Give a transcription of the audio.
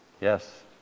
Yes